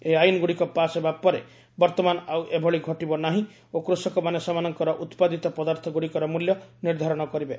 ଏହି ଆଇନ୍ଗୁଡ଼ିକ ପାସ୍ ହେବା ପରେ ବର୍ତ୍ତମାନ ଆଉ ଏଭଳି ଘଟିବ ନାହିଁ ଓ କୃଷକମାନେ ସେମାନଙ୍କର ଉତ୍ପାଦିତ ପଦାର୍ଥ ଗୁଡ଼ିକର ମୂଲ୍ୟ ନିର୍ଦ୍ଧାରଣ କରିବେ